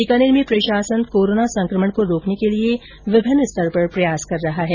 बीकानेर में प्रशासन कोरोना संकमण को रोकने के लिए विभिन्न स्तर पर प्रयास कर रहा है